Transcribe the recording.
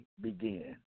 begin